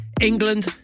England